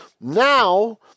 Now